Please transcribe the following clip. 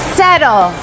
settle